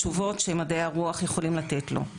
מדעי הרוח באוריינטציה שרלוונטית לאנשים